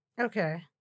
Okay